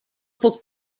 puc